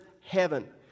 heaven